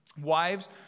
Wives